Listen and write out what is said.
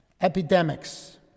epidemics